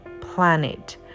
planet